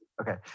Okay